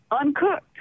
uncooked